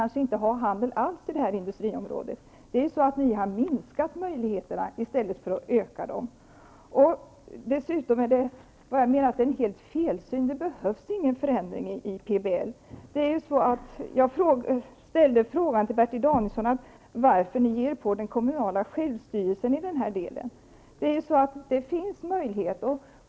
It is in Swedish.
Ni minskar ju möjligheterna i stället för att öka dem. Ni har en helt felaktig syn på den här frågan. Det behövs ingen förändring i PBL. Jag frågade Bertil Danielsson varför ni i det här fallet angriper den kommunala självstyrelsen.